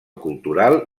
cultural